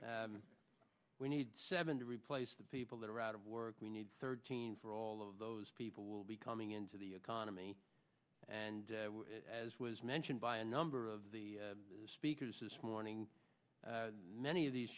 we need seven to replace the people that are out of work we need thirteen for all of those people will be coming into the economy and as was mentioned by a number of the speakers this morning many of these